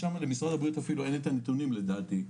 ושם למשרד הבריאות אפילו אין את הנתונים לדעתי.